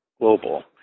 global